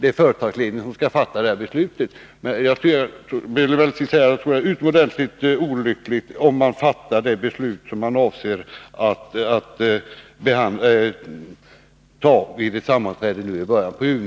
det är företagsledningen som skall fatta detta beslut — fattar det beslut som man nu avser att ta vid ett sammanträde i början av juni.